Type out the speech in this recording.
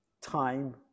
time